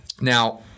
Now